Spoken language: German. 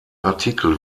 artikel